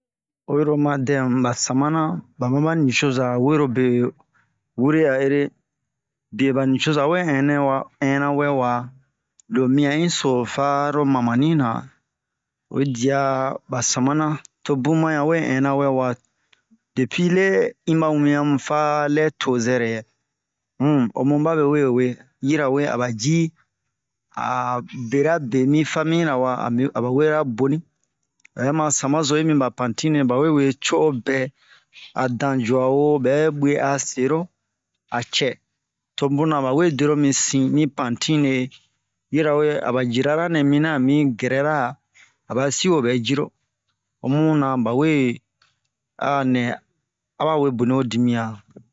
oyi ro oma dɛ mu ba samana ba maba nicoza werobe wure a ere bie ba nicoza we hɛnɛ wa inna wɛ wa lo mia inso faro mamani na oyi dia ba samana tobun ma ya we inna wɛ wa depi lɛ inba wian mu fa lɛ to zɛrɛ um o mu babewe we yirawe a ba ji a bera be mi famira wa a mi a ba wera boni o'ɛ ma samayi mi ba pantine bawe we co'o bɛ a danjua wo bɛ bwe a sero a cɛ tobuna ba we dero mi sin mi pantine yirawe a ba jirara nɛ mina a mi gɛrɛra a ba siwo bɛ jiro o muna bawe a nɛ a ba we boni ho dimiyan